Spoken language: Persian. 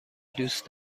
دوست